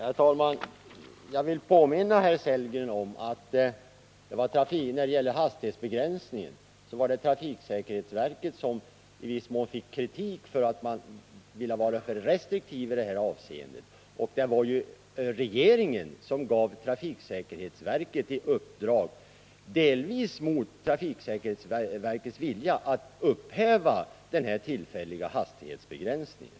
Herr talman! När det gäller den tillfälliga hastighetsbegränsningen vill jag påminna herr Sellgren om att trafiksäkerhetsverket i viss mån fick kritik för att det varit för restriktivt i det här avseendet. Det var regeringen som, delvis mot trafiksäkerhetsverkets vilja, gav verket i uppdrag att upphäva hastighetsbegränsningen.